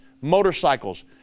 motorcycles